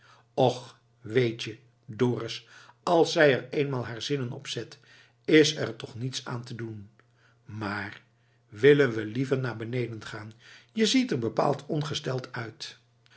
och weet je dorus als zij er eenmaal haar zinnen op zet is er toch niets aan te doen maar willen we liever naar beneden gaan je ziet er bepaald ongesteld uit